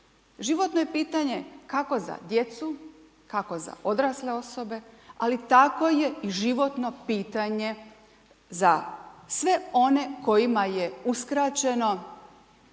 Životno je pitanje kako za djecu, kako za odrasle osobe, ali tako je i životno pitanje za sve one kojima je uskraćeno,